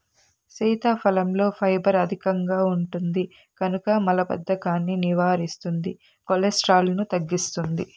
సీతాఫలంలో ఫైబర్ అధికంగా ఉంటుంది కనుక మలబద్ధకాన్ని నివారిస్తుంది, కొలెస్ట్రాల్ను తగ్గిస్తుంది